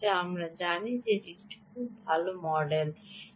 যা আমরা জানি যে খুব ভাল মডেল পাওয়া যায়